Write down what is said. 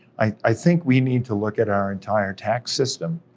i think we need to look at our entire tax system,